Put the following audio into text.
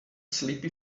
sleepy